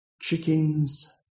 Chickens